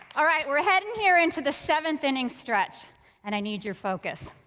all right, we're heading here into the seventh inning stretch and i need your focus.